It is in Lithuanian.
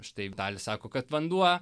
štai dalį sako kad vanduo